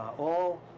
all, ah,